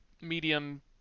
medium